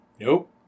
Nope